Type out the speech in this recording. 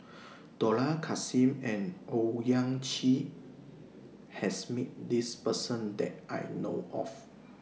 Dollah Kassim and Owyang Chi has Met This Person that I know of